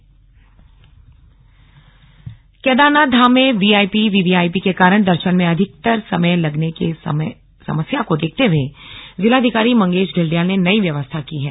slug VVIP Kedarnath Kedarnath Dham में VIP VVIP के कारण दर्शन में अधिकर समय लगने की समस्या को देखते हए जिलाधिकारी मंगेश घिल्डियाल ने नई व्यवस्था की है